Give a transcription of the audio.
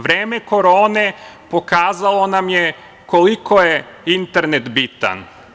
Vreme korone pokazalo nam je koliko je internet bitan.